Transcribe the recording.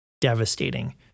devastating